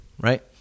right